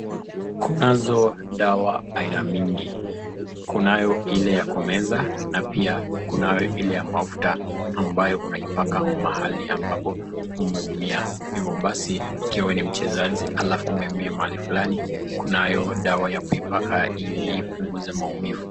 Kunazo dawa aina mingi, kunayo ile ya kumeza na pia kunayo ile ya mafuta ambayo unaipaka mahali ambapo umeumia, hivo basi ikiwa wewe ni mchezaji halafu umeumia mahali fulani, kunayo dawa ya kuipaka ili upunguze maumivu.